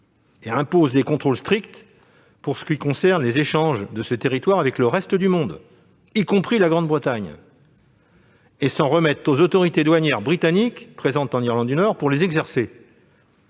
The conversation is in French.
imposent des contrôles stricts sur les échanges entre ce territoire et le reste du monde, y compris la Grande-Bretagne, et s'en remettent aux autorités douanières britanniques présentes en Irlande du Nord pour les exercer.